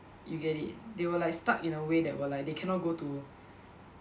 you get it they were like stuck in a way that were like they cannot go to